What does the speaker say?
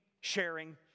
sharing